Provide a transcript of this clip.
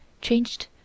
changed